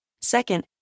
Second